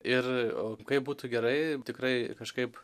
ir o kaip būtų gerai tikrai kažkaip